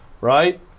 right